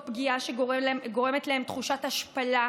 זו פגיעה שגורמת להם תחושת השפלה,